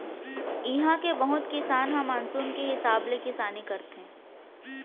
इहां के बहुत किसान ह मानसून के हिसाब ले किसानी करथे